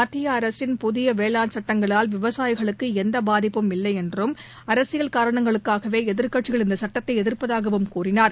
மத்தியஅரசின் புதியவேளான் சட்டங்களால் விவசாயிகளுக்குளந்தபாதிப்பும் இல்லைஎன்றும் அரசியல் காரணங்களுக்காகவேளதிர்க்கட்சிகள் இந்தசட்டத்தைஎதிர்ப்பதாகவும் கூறினார்